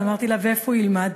שאלתי: ואיפה הוא ילמד?